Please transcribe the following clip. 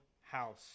house